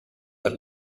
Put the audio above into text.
our